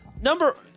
Number